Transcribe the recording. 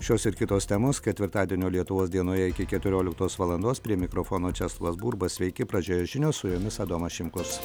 šios ir kitos temos ketvirtadienio lietuvos dienoje iki keturioliktos valandos prie mikrofono česlovas burba sveiki pradžioje žinios su jumis adomas šimkus